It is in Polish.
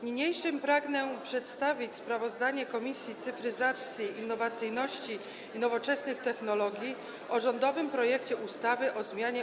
Niniejszym pragnę przedstawić sprawozdanie Komisji Cyfryzacji, Innowacyjności i Nowoczesnych Technologii o rządowym projekcie ustawy o zmianie